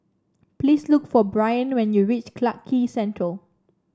please look for Bryn when you reach Clarke Quay Central